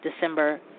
December